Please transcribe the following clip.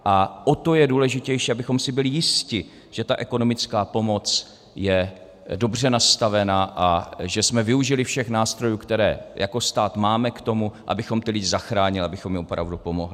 A o to je důležitější, abychom si byli jisti, že ta ekonomická pomoc je dobře nastavená a že jsme využili všech nástrojů, které jako stát máme k tomu, abychom ty lidi zachránili, abychom jim opravdu pomohli.